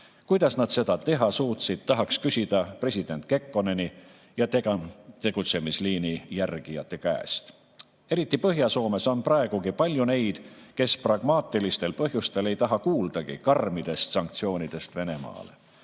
Kuidas nad seda teha suutsid, tahaks küsida president Kekkoneni ja tema tegutsemisliini järgijate käest. Eriti Põhja-Soomes on praegugi palju neid, kes pragmaatilistel põhjustel ei taha kuuldagi karmidest sanktsioonidest Venemaa